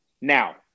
now